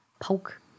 poke